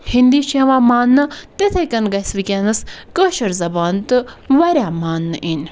ہِنٛدی چھِ یِوان مانٛنہٕ تِتھَے کٔنۍ گَژھِ وٕنۍکٮ۪نَس کٲشُر زبان تہٕ واریاہ مانٛنہٕ یِنۍ